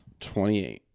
28